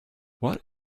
what